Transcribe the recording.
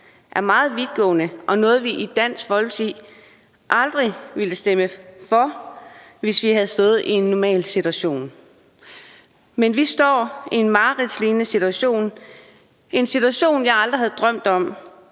er meget vidtgående og noget, vi i Dansk Folkeparti aldrig ville stemme for, hvis vi havde stået i en normal situation. Men vi står i en mareridtslignende situation – en situation, jeg aldrig havde drømt om.